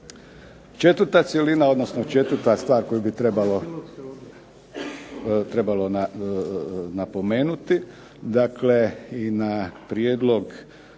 Četvrta cjelina, odnosno četvrta stvar koju bi trebalo napomenuti. Dakle, i na prijedlog